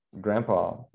grandpa